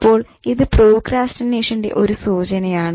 അപ്പോൾ ഇത് പ്രോക്രാസ്റ്റിനേഷന്റെ ഒരു സൂചനയാണ്